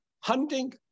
Hunting